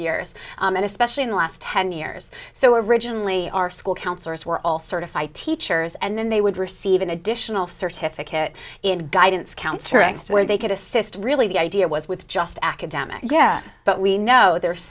years and especially in the last ten years so originally our school counselors were all certified teachers and then they would receive an additional certificate in guidance counselor x where they could assist really the idea was with just academic yeah but we know there